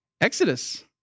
Exodus